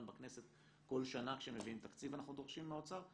בכנסת כל שנה כשמביאים תקציב אנחנו דורשים מהאוצר,